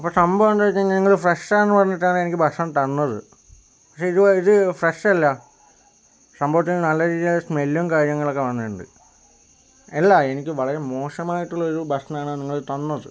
അപ്പം സംഭവം എന്താന്ന് വച്ച് കഴിഞ്ഞാൽ നിങ്ങള് ഫ്രഷ് ആന്ന് പറഞ്ഞിട്ടാണ് എനിക്ക് ഭക്ഷണം തന്നത് പക്ഷെ ഇത് ഇത് ഫ്രഷ് അല്ല സംഭവത്തിന് നല്ല രീതിലുള്ള സ്മെല്ലും കാര്യങ്ങളൊക്കെ വന്നിട്ടുണ്ട് അല്ല എനിക്ക് വളരെ മോശായിട്ടുള്ള ഒരു ഭക്ഷണാണ് നിങ്ങള് തന്നത്